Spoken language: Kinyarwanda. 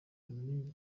abantu